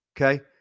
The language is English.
Okay